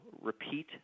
repeat